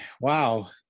Wow